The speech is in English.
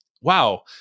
wow